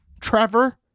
Trevor